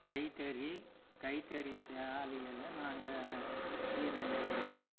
கைத்தறி கைத்தறி சேலைகள்ல நாங்கள் சீலை நெய்கிறங்க